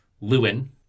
Lewin